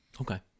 Okay